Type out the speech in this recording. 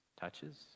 touches